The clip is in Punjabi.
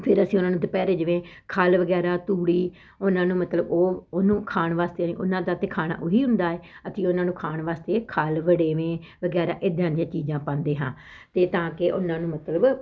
ਫਿਰ ਅਸੀਂ ਉਹਨਾਂ ਨੂੰ ਦੁਪਹਿਰੇ ਜਿਵੇਂ ਖਲ ਵਗੈਰਾ ਤੂੜੀ ਉਹਨਾਂ ਨੂੰ ਮਤਲਬ ਉਹ ਉਹਨੂੰ ਖਾਣ ਵਾਸਤੇ ਉਹਨਾਂ ਦਾ ਤਾਂ ਖਾਣਾ ਉਹੀ ਹੁੰਦਾ ਹੈ ਅਸੀਂ ਉਹਨਾਂ ਨੂੰ ਖਾਣ ਵਾਸਤੇ ਖਲ ਵੜੇਵੇਂ ਵਗੈਰਾ ਇੱਦਾਂ ਦੀਆਂ ਚੀਜ਼ਾਂ ਪਾਉਂਦੇ ਹਾਂ ਅਤੇ ਤਾਂ ਕਿ ਉਹਨਾਂ ਨੂੰ ਮਤਲਬ